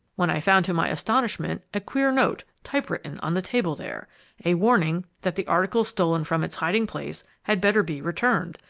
when i found to my astonishment a queer note, type-written, on the table there a warning that the article stolen from its hiding-place had better be returned.